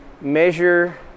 measure